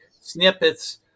snippets